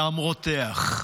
הדם רותח.